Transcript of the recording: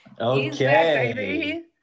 Okay